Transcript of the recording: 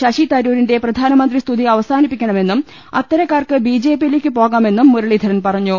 ശശി തരൂരിന്റെ പ്രധാനമന്ത്രി സ്തുതി അവസാനിപ്പിക്കണമെന്നും അത്തരക്കാർക്ക് ബിജെപിയിലേക്ക് പോകാമെന്നും മുരളീധരൻ പറഞ്ഞു